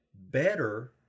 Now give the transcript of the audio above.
better